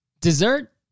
Dessert